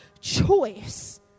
choice